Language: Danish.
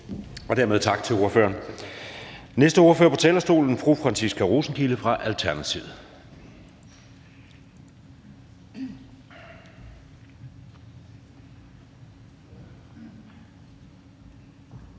Dermed tak til ordføreren. Den næste ordfører på talerstolen er fru Franciska Rosenkilde fra Alternativet. Kl.